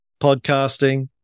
podcasting